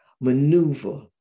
maneuver